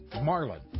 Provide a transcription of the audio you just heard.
Marlin